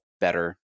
better